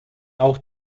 auch